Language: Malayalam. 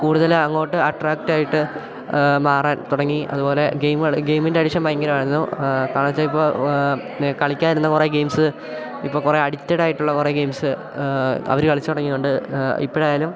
കൂടുതൽ അങ്ങോട്ട് അട്രാക്റ്റ് ആയിട്ട് മാറാൻ തുടങ്ങി അതുപോലെ ഗേയ്മ്കൾ ഗേയ്മിൻറ്റെ അഡിഷൻ ഭയങ്കരമായിരുന്നു കാരണം വെച്ചാൽ ഇപ്പോൾ കളിക്കായിരുന്ന കുറേ ഗെയ്മ്സ്സ് ഇപ്പം കുറേ അഡിക്റ്റഡ് ആയിട്ടുള്ള കുറേ ഗെയിംസ്സ് അവർ കളിച്ച് തുടങ്ങിയിട്ടുണ്ട് ഇപ്പോഴായാലും